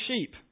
sheep